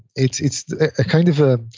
it's it's ah kind of a,